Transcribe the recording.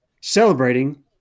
celebrating